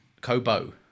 Kobo